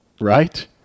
right